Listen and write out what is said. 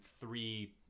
three